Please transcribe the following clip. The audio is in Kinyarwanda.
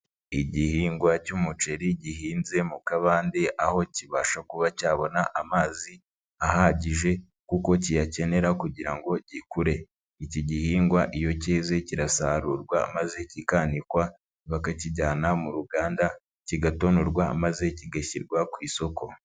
Igihingwa cy'umuceri gihinze mu kabande aho kibasha kuba cyabona amazi ahagije kuko kiyakenera kugira ngo gikure, iki gihingwa iyo kize kirasarurwa maze kikanikwa, bakakijyana mu ruganda kigatonorwa maze kigashyirwa ku isoko.